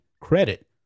credit